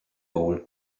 old